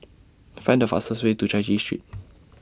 Find The fastest Way to Chai Chee Street